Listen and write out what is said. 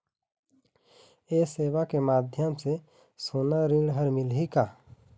ये सेवा के माध्यम से सोना ऋण हर मिलही का?